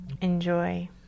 Enjoy